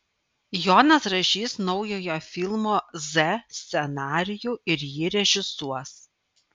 jonas rašys naujojo filmo z scenarijų ir jį režisuos